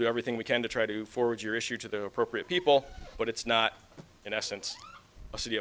do everything we can to try to forward your issue to the appropriate people but it's not in essence a city